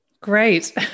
Great